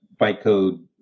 bytecode